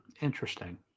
Interesting